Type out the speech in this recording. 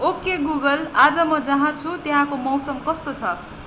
okay Google आज म जहाँ छु त्यहाँको मौसम कस्तो छ